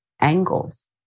Angles